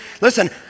listen